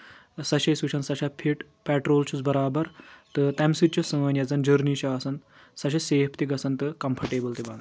سۄ چھِ أسۍ وٕچھان سۄ چھےٚ فِٹ پیٹرول چھُس برابر تہٕ تَمہِ سۭتۍ چھِ سٲنۍ یۄس زَن جٔرنی چھِ آسان سۄ چھےٚ سیف تہِ گژھان تہٕ کَمفٲٹیبٕل تہِ بَنان